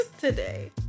Today